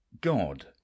God